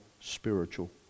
spiritual